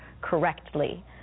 correctly